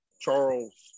Charles